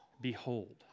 behold